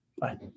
Bye